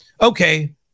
okay